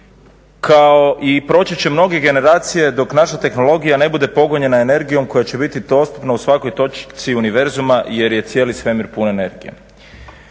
kao i proći će mnoge generacije dok naša tehnologija ne bude pogonjena energijom koja će biti dostupna u svakoj točci univerzuma jer je cijeli svemir pun energije.